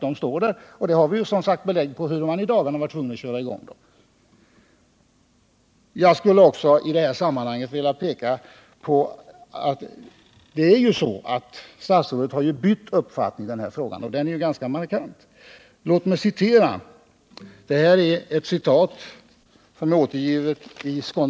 Vi har ju i dagarna också fått bevis på att man har varit tvungen att sätta i gång driften. Statsrådet har bytt uppfattning i den här frågan och det ganska markant.